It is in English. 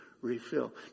refill